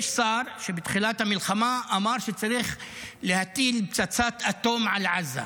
יש שר שבתחילת המלחמה אמר שצריך להטיל פצצת אטום על עזה,